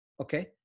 Okay